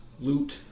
loot